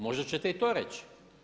Možda ćete i to reći.